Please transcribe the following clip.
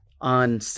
on